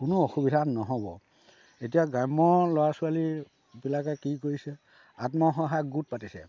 কোনো অসুবিধা নহ'ব এতিয়া গ্ৰাম্য ল'ৰা ছোৱালীবিলাকে কি কৰিছে আত্মসহায়ক গোট পাতিছে